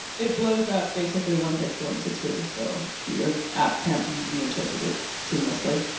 it blows up basically one pixel into two so, your app can't be reinterpreted seamlessly.